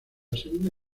segunda